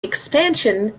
expansion